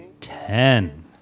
Ten